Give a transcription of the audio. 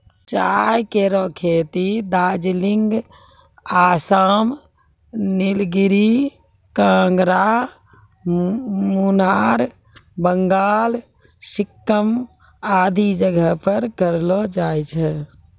चाय केरो खेती दार्जिलिंग, आसाम, नीलगिरी, कांगड़ा, मुनार, बंगाल, सिक्किम आदि जगह पर करलो जाय छै